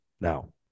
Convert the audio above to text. now